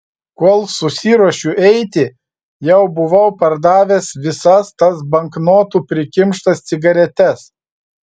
kol susiruošiu eiti jau buvau perdavęs visas tas banknotų prikimštas cigaretes